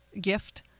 gift